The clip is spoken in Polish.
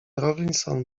rawlison